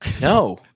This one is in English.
No